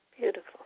Beautiful